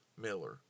Miller